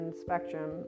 spectrum